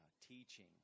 teaching